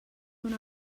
una